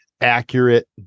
accurate